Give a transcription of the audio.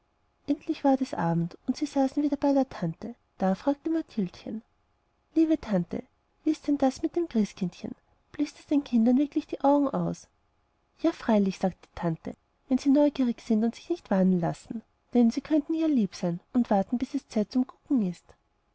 endlich ward es abend und sie saßen wieder bei der tante da fragte mathildchen liebe tante wie ist denn das mit dem christkindchen bläst es den kindern wirklich die augen aus ja freilich sagte die tante wenn sie neugierig sind und sich nicht warnen lassen denn sie können ja lieb sein und warten bis es zeit zum gucken ist